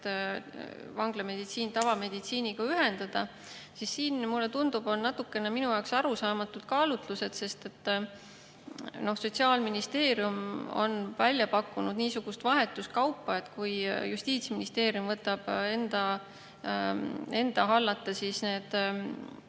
vanglameditsiini tavameditsiiniga ühendamist, siis siin on, mulle tundub, natukene arusaamatud kaalutlused. Sest Sotsiaalministeerium on välja pakkunud niisugust vahetuskaupa, et kui Justiitsministeerium võtab enda hallata